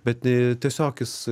bet ne tiesiog jis